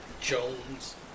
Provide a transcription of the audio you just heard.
Jones